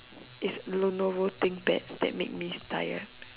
it's Lenovo thing that makes me tired